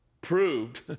proved